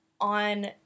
on